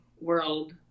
world